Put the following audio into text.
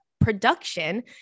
production